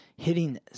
Hitting